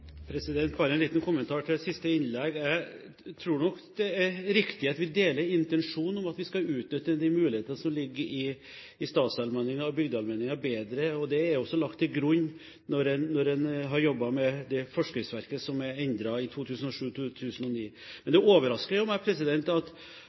Bare en liten kommentar til siste innlegg. Jeg tror nok det er riktig at vi deler intensjonen om at vi skal utnytte de mulighetene som ligger i statsallmenningen og bygdeallmenningen, bedre, og det er også lagt til grunn når en har jobbet med det forskriftsverket som er endret i 2007–2009. Men